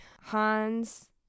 Hans